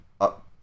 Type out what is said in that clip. up